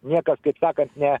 niekas kaip sakant ne